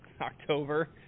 october